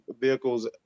vehicles